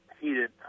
heated